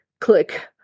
click